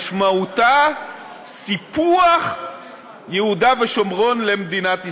משמעותה סיפוח יהודה ושומרון למדינת ישראל.